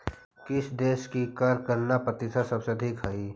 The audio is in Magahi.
किस देश की कर गणना प्रतिशत सबसे अधिक हई